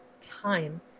time